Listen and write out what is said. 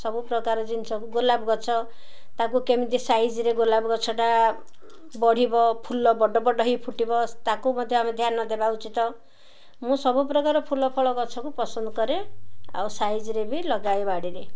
ସବୁ ପ୍ରକାର ଜିନିଷ ଗୋଲାପ ଗଛ ତାକୁ କେମିତି ସାଇଜରେ ଗୋଲାପ ଗଛଟା ବଢ଼ିବ ଫୁଲ ବଡ଼ ବଡ଼ ହେଇ ଫୁଟିବ ତାକୁ ମଧ୍ୟ ଆମେ ଧ୍ୟାନ ଦେବା ଉଚିତ ମୁଁ ସବୁପ୍ରକାର ଫୁଲ ଫଳ ଗଛକୁ ପସନ୍ଦ କରେ ଆଉ ସାଇଜରେ ବି ଲଗାଏ ବାଡ଼ିରେ